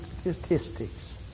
statistics